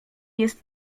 jest